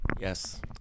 Yes